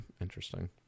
Interesting